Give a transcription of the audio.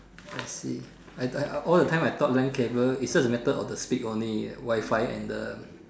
I see I I all the time I thought land cable is just the matter of the speed only Wifi and the